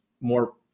more